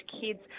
kids